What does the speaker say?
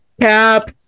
Cap